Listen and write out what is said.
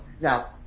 Now